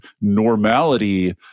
normality